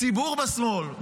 הציבור בשמאל,